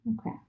Okay